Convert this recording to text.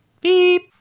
Beep